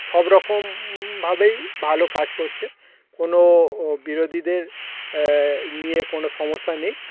সব রকমভাবেই ভালো কাজ করছে কোনো ও বিরোধীদের নিয়ে কোনো সমস্যা নেই